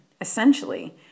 Essentially